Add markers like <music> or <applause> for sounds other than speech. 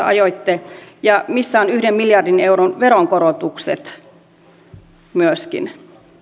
<unintelligible> ajoitte ja missä ovat yhden miljardin euron veronkorotukset myöskin